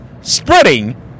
spreading